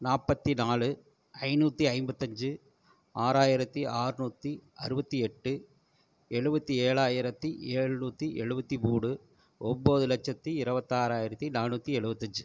நாற்பத்தி நாலு ஐந்நூற்றி ஐம்பத்தஞ்சு ஆறாயிரத்தி ஆறுநூற்றி அறுபத்தி எட்டு எழுபத்தி ஏழாயிரத்தி எழுநூத்தி எழுபத்தி மூணு ஒம்பது லட்சத்தி இருவத்தாராயிரத்தி நானூற்றி எழுவத்தஞ்சு